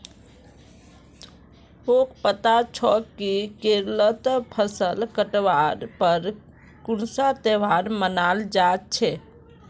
तोक पता छोक कि केरलत फसल काटवार पर कुन्सा त्योहार मनाल जा छे